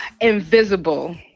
Invisible